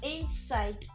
inside